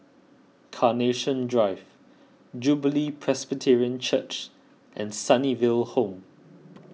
Carnation Drive Jubilee Presbyterian Church and Sunnyville Home